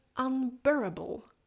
unbearable